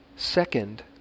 second